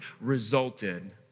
resulted